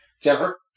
Jennifer